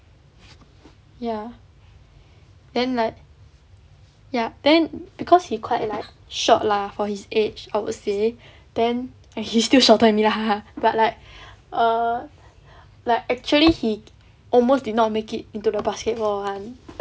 ya then like ya then because he quite like short lah for his age I would say then he still shorter than me lah but like err like actually he almost did not make it into the basketball [one]